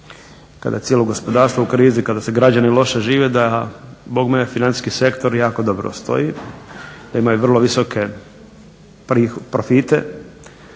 kada je cijelo gospodarstvo u krizi, kada građani loše žive da, bogme financijski sektor jako dobro stoji. Da imaju vrlo visoke profite